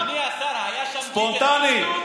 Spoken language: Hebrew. אדוני השר, היה שם, ספונטני.